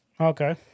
okay